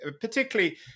Particularly